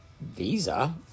Visa